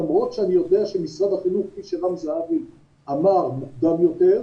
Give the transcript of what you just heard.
למרות שאני יודע שמשרד החינוך כפי שרם זהבי אמר מוקדם יותר,